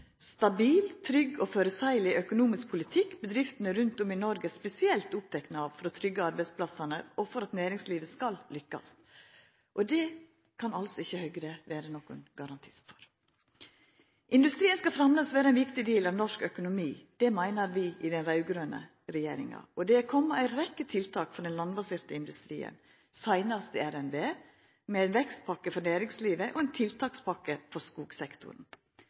stabil, trygg og føreseieleg økonomisk politikk bedriftene rundt om i Noreg er spesielt opptekne av for å trygge arbeidsplassane og for at næringslivet skal lukkast, og det kan altså ikkje Høgre vera nokon garantist for. Industrien skal framleis vera ein viktig del av norsk økonomi. Det meiner vi i den raud-grøne regjeringa, og det har komme ei rekke tiltak for den landbaserte industrien, seinast i RNB med ei vekstpakke for næringslivet og ei tiltakspakke for skogsektoren.